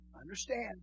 understand